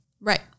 Right